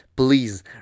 Please